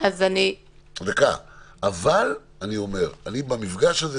ואני אומר לכם שיש ברירה והיא בידיכם,